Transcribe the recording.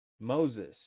Moses